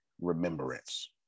remembrance